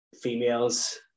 females